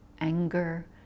anger